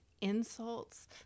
insults